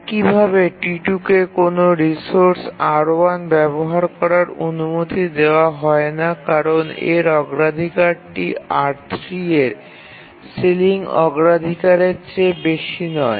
একইভাবে T2 কে কোনও রিসোর্স R1 ব্যবহার করার অনুমতি দেওয়া হয় না কারণ এর অগ্রাধিকারটি R3 এর সিলিং অগ্রাধিকারের চেয়ে বেশি নয়